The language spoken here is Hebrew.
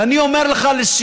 ואני אומר לסיום,